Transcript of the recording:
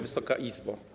Wysoka Izbo!